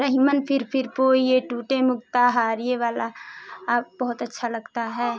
रहिमन फिर फिर पोइए टूटे मुक्ता हार ये वाला बहुत अच्छा लगता है